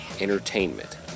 entertainment